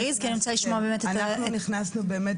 אנחנו נכנסנו באמת,